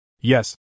Yes